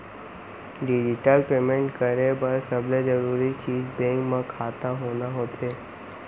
digital payment करे बर सबले जरूरी चीज बेंक म खाता होना होथे